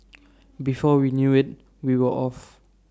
before we knew IT we were off